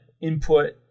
input